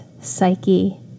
psyche